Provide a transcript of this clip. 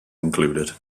included